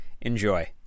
enjoy